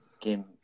game –